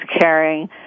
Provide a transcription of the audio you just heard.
caring